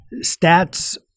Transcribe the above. stats